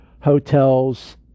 hotel's